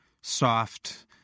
soft